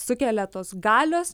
sukelia tos galios